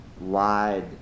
lied